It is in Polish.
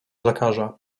lekarza